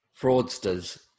Fraudsters